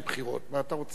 מה אתה רוצה מהם?